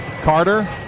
Carter